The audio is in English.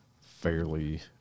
fairly